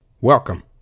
Welcome